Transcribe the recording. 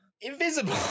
invisible